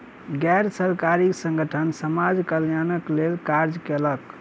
गैर सरकारी संगठन समाज कल्याणक लेल कार्य कयलक